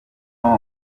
tom